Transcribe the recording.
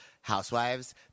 housewives